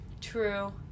True